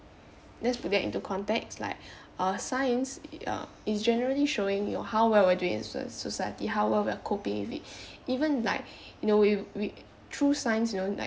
let's put that into context like uh science uh is generally showing you how well we are doing in so~ society how well we are coping with it even like you know we we through science you know